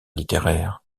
littéraire